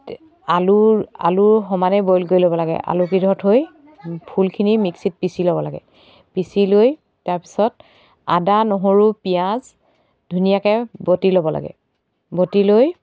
আলুৰ আলুৰ সমানে বইল কৰি ল'ব লাগে আলুকেইডোখৰ থৈ ফুলখিনি মিক্সিত পিছি ল'ব লাগে পিছি লৈ তাৰপিছত আদা নহৰু পিঁয়াজ ধুনীয়াকৈ বটি ল'ব লাগে বটি লৈ